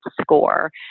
score